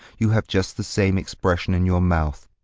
you have just the same expression in your mouth.